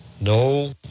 No